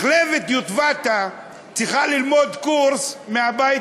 מחלבת יטבתה צריכה ללמוד קורס מהבית